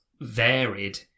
varied